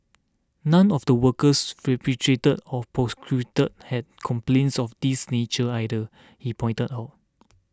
none of the workers repatriated or prosecuted had complaints of this nature either he pointed out